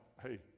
hey